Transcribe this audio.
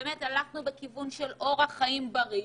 ובאמת הלכנו בכיוון של אורח חיים בריא,